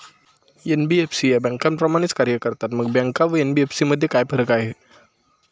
NBFC या बँकांप्रमाणेच कार्य करतात, मग बँका व एन.बी.एफ.सी मध्ये काय फरक आहे?